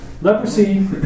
Leprosy